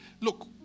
look